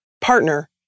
partner